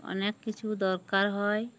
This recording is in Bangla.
অনেক কিছু দরকার হয়